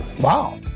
Wow